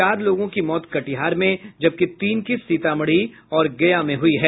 चार लोगों की मौत कटिहार में जबकि तीन की सीतामढ़ी और गया में मौत हुई है